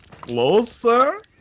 Closer